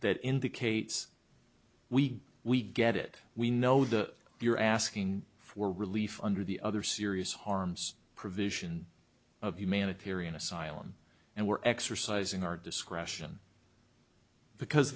that indicates we we get it we know the you're asking for relief under the other serious harms provision of humanitarian asylum and we're exercising our discretion because